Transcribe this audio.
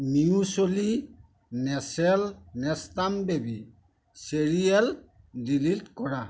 muesli Nestle Nestum baby cereal delete কৰা